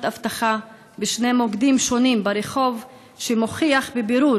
אבטחה בשני מוקדים שונים ברחוב שמוכיח בבירור